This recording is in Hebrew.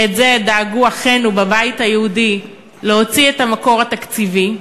שלזה דאגו אחינו בבית היהודי להוציא את המקור התקציבי,